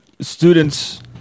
Students